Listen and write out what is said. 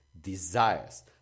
desires